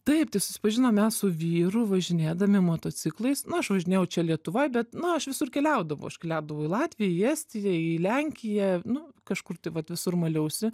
taip tai susipažinom mes su vyru važinėdami motociklais nu aš važinėjau čia lietuvoj bet na aš visur keliaudavau aš keliaudavau į latviją į estiją į lenkiją nu kažkur tai vat visur maliausi